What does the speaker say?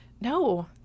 No